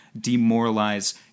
demoralize